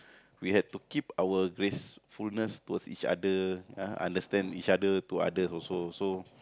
we have to keep our gracefulness towards each other understand each other to others also so